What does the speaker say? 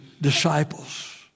disciples